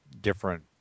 different